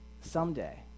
someday